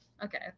Okay